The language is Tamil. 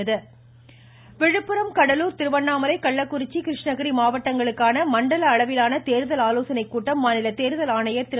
ம் ம் ம் ம் ம் ம பழனிசாமி விழுப்புரம் கடலூர் திருவண்ணாமலை கள்ளக்குறிச்சி கிருஷ்ணகிரி மாவட்டங்களுக்கான மண்டல அளவிலான தேர்தல் ஆலோசனைக் கூட்டம் மாநில தேர்தல் ஆணையர் திரு